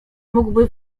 mógłby